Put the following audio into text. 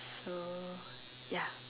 so ya